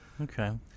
Okay